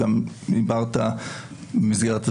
אה העלית הנושא של אופן ההתנהלות ובמסגרת הזמן,